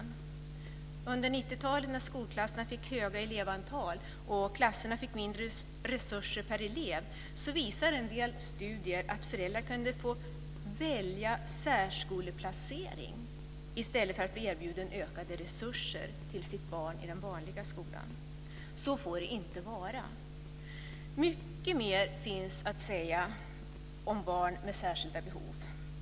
En del studier visar att under 90-talet, när skolklasserna fick höga elevantal och klasserna fick mindre resurser per elev, kunde föräldrar få välja särskoleplacering i stället för att erbjudas ökade resurser till sina barn i den vanliga skolan. Så får det inte vara. Mycket mer finns att säga om barn med särskilda behov.